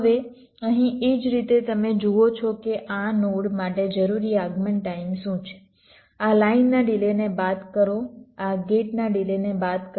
હવે અહીં એ જ રીતે તમે જુઓ છો કે આ નોડ માટે જરૂરી આગમન ટાઈમ શું છે આ લાઈનના ડિલેને બાદ કરો આ ગેટના ડિલેને બાદ કરો